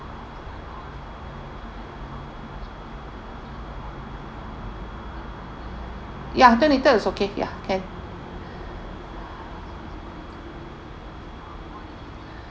ya twenty third is okay ya can